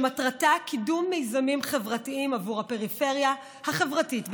שמטרתה קידום מיזמים חברתיים עבור הפריפריה החברתית בישראל.